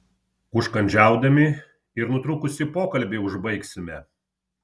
užkandžiaudami ir nutrūkusį pokalbį užbaigsime